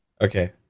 Okay